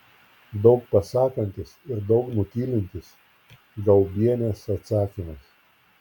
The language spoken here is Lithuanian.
daug pasakantis ir daug nutylintis gaubienės atsakymas